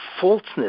falseness